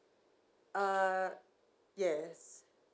uh yes